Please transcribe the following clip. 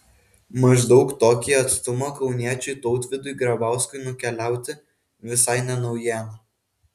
maždaug tokį atstumą kauniečiui tautvydui grabauskui nukeliauti visai ne naujiena